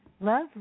Love